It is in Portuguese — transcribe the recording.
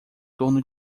torno